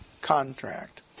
contract